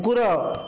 କୁକୁର